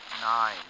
Nine